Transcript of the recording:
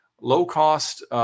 low-cost